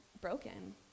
broken